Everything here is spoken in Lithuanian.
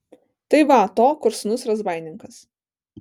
tai va to kur sūnus razbaininkas